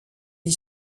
est